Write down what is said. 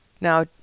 Now